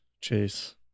Chase